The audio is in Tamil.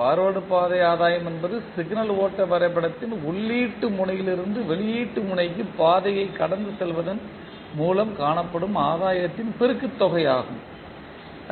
பார்வேர்ட்பாதை ஆதாயம் என்பது சிக்னல் ஓட்ட வரைபடத்தின் உள்ளீட்டு முனையிலிருந்து வெளியீட்டு முனைக்கு பாதையை கடந்து செல்வதன் மூலம் காணப்படும் ஆதாயத்தின் பெருக்குத் தொகை ஆகும்